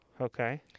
Okay